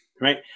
Right